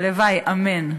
הלוואי אמן.